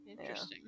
Interesting